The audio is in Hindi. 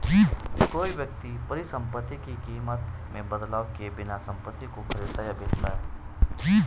कोई व्यक्ति परिसंपत्ति की कीमत में बदलाव किए बिना संपत्ति को खरीदता या बेचता है